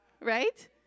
Right